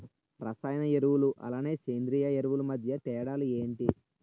రసాయన ఎరువులు అలానే సేంద్రీయ ఎరువులు మధ్య తేడాలు ఏంటి?